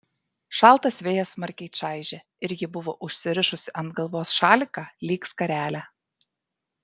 šaltas vėjas smarkiai čaižė ir ji buvo užsirišusi ant galvos šaliką lyg skarelę